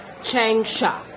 Changsha